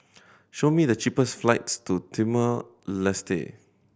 show me the cheapest flights to Timor Leste